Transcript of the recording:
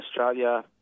Australia